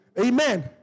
Amen